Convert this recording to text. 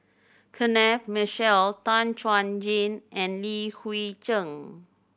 Kenneth Mitchell Tan Chuan Jin and Li Hui Cheng